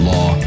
Law